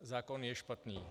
Zákon je špatný.